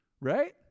right